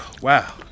Wow